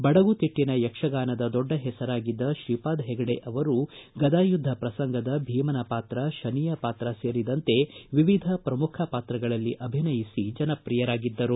ಬಡಗು ತಿಟ್ಟಿನ ಯಕ್ಷಗಾನದ ದೊಡ್ಡ ಹೆಸರಾಗಿದ್ದ ತ್ರೀಪಾದ ಹೆಗಡೆ ಅವರು ಗದಾಯುದ್ಧ ಪ್ರಸಂಗದ ಭೀಮನ ಪಾತ್ರ ಶನಿಯ ಪಾತ್ರ ಸೇರಿದಂತೆ ವಿವಿಧ ಪ್ರಮುಖ ಪಾತ್ರಗಳಲ್ಲಿ ಅಭಿನಯಿಸಿ ಜನಪ್ರಿಯರಾಗಿದ್ದರು